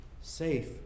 safe